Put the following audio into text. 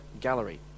gallery